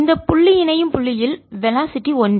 இந்த புள்ளி இணையும் புள்ளியில் வெலாசிட்டிதிசைவேகங்கள் ஒன்றே